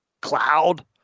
cloud